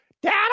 Dad